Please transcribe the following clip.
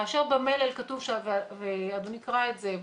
כאשר במלל כתוב, ואדוני קרא את זה,